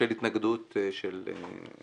בשל התנגדות של משרד הקליטה.